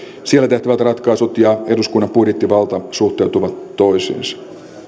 siellä tehtävät ratkaisut ja eduskunnan budjettivalta suhteutuvat toisiinsa